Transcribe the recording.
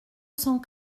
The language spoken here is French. cent